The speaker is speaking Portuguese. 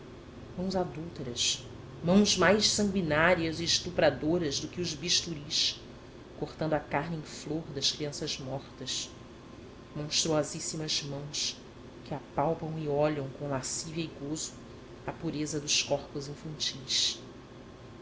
mãos adúlteras mãos mais sangüinárias e estupradoras do que os bisturis cortando a carne em flor das crianças mortas monstruosíssimas mãos que apalpam e olham com lascívia e gozo a pureza dos corpos infantis